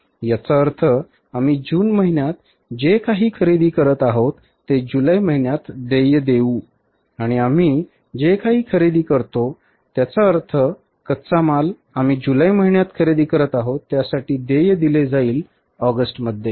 याचा अर्थ आम्ही जून महिन्यात जे काही खरेदी करत आहोत ते जुलै महिन्यात देय देऊ आणि आम्ही जे काही खरेदी करतो त्याचा अर्थ कच्चा माल आम्ही जुलै महिन्यात खरेदी करत आहोत त्यासाठी देय दिले जाईल ऑगस्ट मध्ये